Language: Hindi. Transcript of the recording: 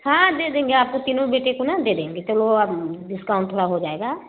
हाँ दे देंगे आपके तीनों बेटे को ना दे देंगे वो अब डिस्काउंट थोड़ा हो जाएगा